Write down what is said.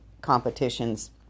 competitions